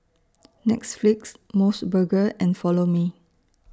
Netflix Mos Burger and Follow Me